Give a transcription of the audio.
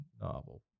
novel